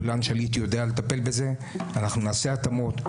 גולן שליט יודע לטפל בזה, אנחנו נעשה התאמות.